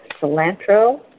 cilantro